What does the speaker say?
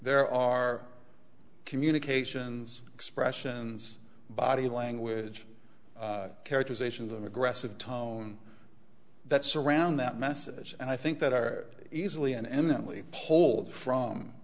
there are communications expressions body language characterizations of aggressive tone that surround that message and i think that are easily an eminently hold from